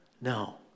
No